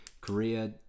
Korea